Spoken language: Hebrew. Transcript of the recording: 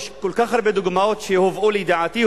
יש כל כך הרבה דוגמאות שהובאו לידיעתי,